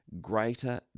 greater